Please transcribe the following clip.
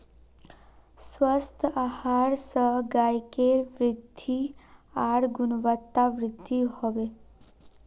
स्वस्थ आहार स गायकेर वृद्धि आर गुणवत्तावृद्धि हबे